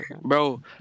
bro